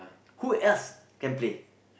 who else can play